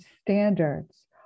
standards